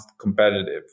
competitive